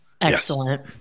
Excellent